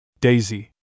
Daisy